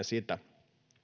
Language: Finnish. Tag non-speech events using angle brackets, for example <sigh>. <unintelligible> sitä